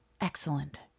Excellent